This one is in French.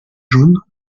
jaunes